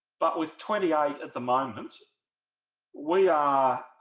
but with twenty eight at the moment we are